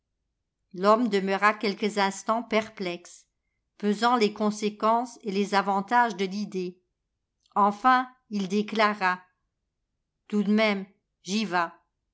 l'homme demeura quelques instants perplexe pesant les conséquences et les avantages de l'idée enfin il déclara tout d même j'y vas